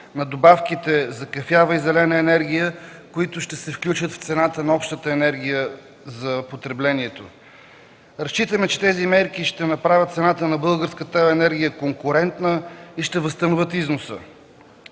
на добавките за кафява и зелена енергия, които ще се включат в цената на общата енергия за потреблението. Разчитаме, че тези мерки ще направят цената на българската електроенергия конкурентна и ще възстановят износа.